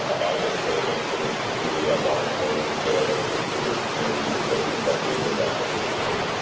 as of today, make sure that the community at large knows is available to the business community so that they can start getting those applications in.